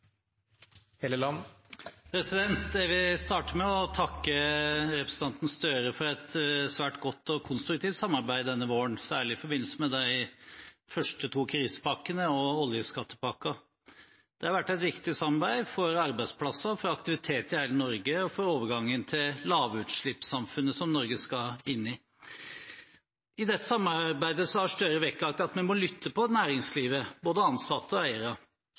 Jeg vil starte med å takke representanten Gahr Støre for et svært godt og konstruktivt samarbeid denne våren, særlig i forbindelse med de første to krisepakkene og oljeskattepakken. Det har vært et viktig samarbeid for arbeidsplasser, for aktivitet i hele Norge og for overgangen til lavutslippssamfunnet som Norge skal inn i. I dette samarbeidet har Gahr Støre vektlagt at vi må lytte til næringslivet, både ansatte og eiere.